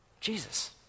Jesus